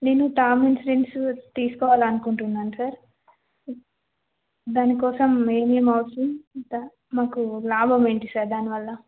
నేను term insurance తీసుకోవాలనుకుంటున్నాను sir దానికోసం ఏమేమి అవసరం ద మాకు లాభం ఏంటి సార్ దానివల్ల